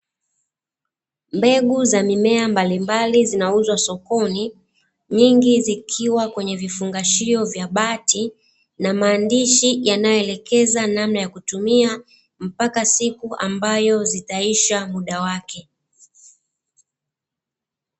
Mbegu za mimea mbalimbali zinauzwa sokoni, nyingi zikiwa kwenye vifungashio vya bati, na maandishi yanayoelekeza namna ya kutumia, mpaka siku ambayo zitaisha muda wake.